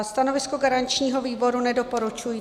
Stanovisko garančního výboru nedoporučující.